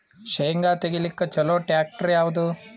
ಶೇಂಗಾ ತೆಗಿಲಿಕ್ಕ ಚಲೋ ಟ್ಯಾಕ್ಟರಿ ಯಾವಾದು?